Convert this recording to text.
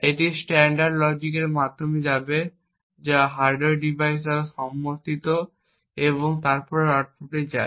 এটি স্ট্যান্ডার্ড লজিকের মাধ্যমে যাবে যা হার্ডওয়্যার ডিভাইস দ্বারা সমর্থিত এবং তারপর আউটপুট যায়